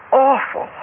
awful